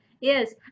Yes